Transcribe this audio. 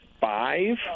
five –